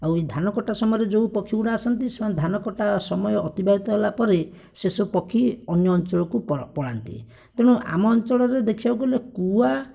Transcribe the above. ଆଉ ଏହି ଧାନକଟା ସମୟରେ ଯେଉଁ ପକ୍ଷୀ ଗୁଡ଼ିକ ଆସନ୍ତି ସେମାନେ ଧାନ କଟା ସମୟ ଅତିବାହିତ ହେଲା ପରେ ସେସବୁ ପକ୍ଷୀ ଅନ୍ୟ ଅଞ୍ଚଳକୁ ପଳାନ୍ତି ତେଣୁ ଆମ ଅଞ୍ଚଳରେ ଦେଖିବାକୁ ଗଲେ କୁଆ